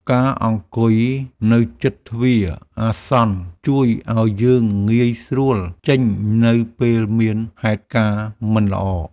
ការអង្គុយនៅជិតទ្វារអាសន្ន ជួយឱ្យយើងងាយស្រួលចេញនៅពេលមានហេតុការណ៍មិនល្អ ។